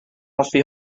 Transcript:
hoffi